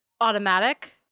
automatic